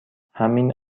همین